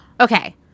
Okay